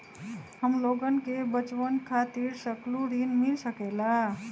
हमलोगन के बचवन खातीर सकलू ऋण मिल सकेला?